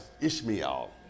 Ishmael